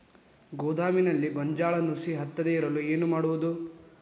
ಗೋದಾಮಿನಲ್ಲಿ ಗೋಂಜಾಳ ನುಸಿ ಹತ್ತದೇ ಇರಲು ಏನು ಮಾಡುವುದು?